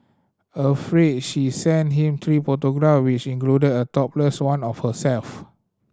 afraid she sent him three photograph which included a topless one of herself